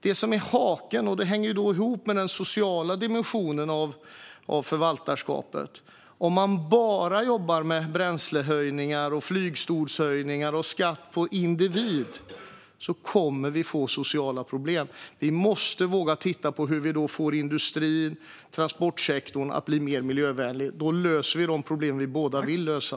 Det som är haken - och det hänger ihop med den sociala dimensionen av förvaltarskapet - är att vi kommer att få sociala problem om vi bara jobbar med bränslehöjningar, flygskattehöjningar och skatt på individen. Vi måste våga titta på hur vi får industrin och transportsektorn att bli mer miljövänlig. Då löser vi de problem vi båda vill lösa.